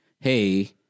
Hey